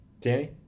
Danny